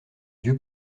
dieu